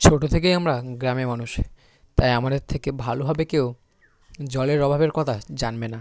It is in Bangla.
ছোটো থেকে আমরা গ্রামে মানুষ তাই আমাদের থেকে ভালোভাবে কেউ জলের অভাবের কথা জানবে না